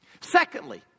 Secondly